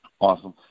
Awesome